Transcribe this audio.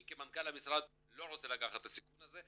אני כמנכ"ל המשרד לא רוצה לקחת את הסיכון הזה,